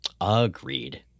Agreed